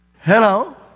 Hello